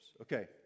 okay